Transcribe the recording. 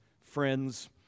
friends